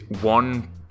one